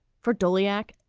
for doleac,